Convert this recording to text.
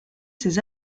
ses